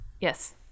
yes